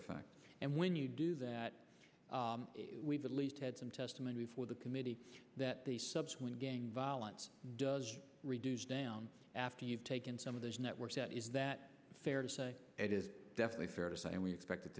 effect and when you do that we believe had some testimony before the committee that the subsequent gang violence does reduce down after you've taken some of those networks that is that fair to say it is definitely fair to say and we expect it